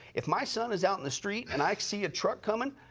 if my son is out in the street and i see a truck coming,